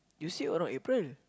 you say around April